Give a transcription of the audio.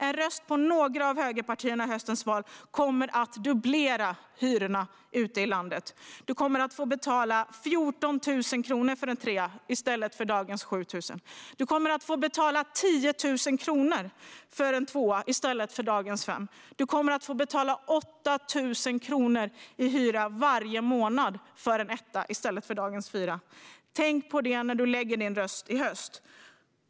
En röst på några av högerpartierna i höstens val kommer att dubblera hyrorna ute i landet. Du kommer att få betala 14 000 kronor för en trea i stället för dagens 7 000. Du kommer att få betala 10 000 kronor för en tvåa i stället för dagens 5 000. Du kommer att få betala 8 000 kronor i hyra varje månad för en etta i stället för dagens 4 000. Tänk på det när du lägger din röst i höst.